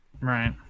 Right